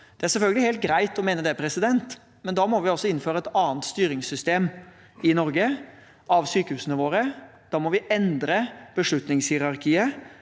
Det er selvfølgelig helt greit å mene det, men da må vi altså innføre et annet styringssystem for sykehusene våre i Norge. Da må vi endre beslutningshierarkiet